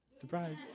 Surprise